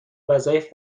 وظایف